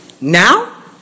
now